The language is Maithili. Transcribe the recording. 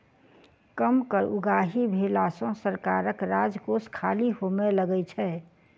कम कर उगाही भेला सॅ सरकारक राजकोष खाली होमय लगै छै